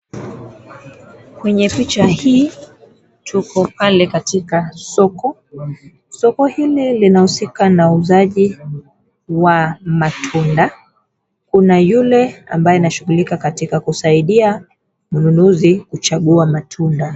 Kwenye picha hii tuko pale katika soko. Soko hili linahusika na uuzaji wa matunda. Kuna yule ambaye anashughulika katika kusaidia mnunuzi kuchagua matunda.